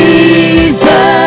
Jesus